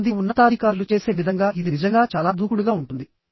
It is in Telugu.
కొంతమంది ఉన్నతాధికారులు చేసే విధంగా ఇది నిజంగా చాలా దూకుడుగా ఉంటుంది